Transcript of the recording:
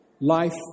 life